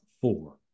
four